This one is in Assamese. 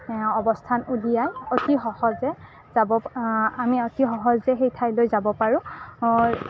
অৱস্থান উলিয়াই অতি সহজে যাব আমি অতি সহজে সেই ঠাইলৈ যাব পাৰোঁ